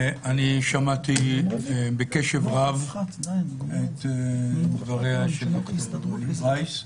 אני שמעתי בקשב רב את דבריה של דוקטור אלרעי פרייס.